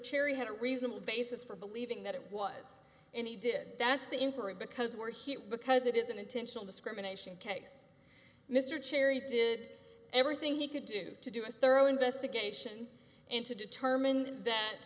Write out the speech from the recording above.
cherry had a reasonable basis for believing that it was and he did that's the incorrect because we're here because it is an intentional discrimination case mr cherry did everything he could do to do a thorough investigation and to determine